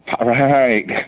Right